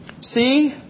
see